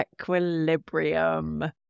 Equilibrium